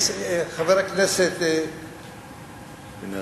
חבר הכנסת בן-ארי,